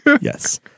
Yes